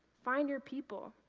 find your people.